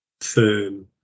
firm